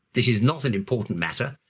this is not an important matter.